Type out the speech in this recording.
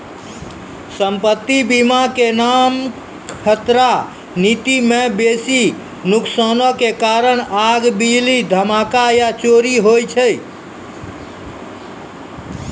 सम्पति बीमा के नाम खतरा नीति मे बेसी नुकसानो के कारण आग, बिजली, धमाका या चोरी होय छै